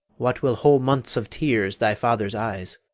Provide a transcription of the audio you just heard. what will whole months of tears thy father's eyes?